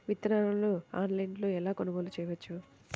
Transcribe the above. విత్తనాలను ఆన్లైనులో ఎలా కొనుగోలు చేయవచ్చు?